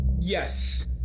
Yes